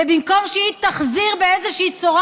ובמקום שהיא תחזיר באיזושהי צורה,